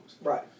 Right